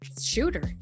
Shooter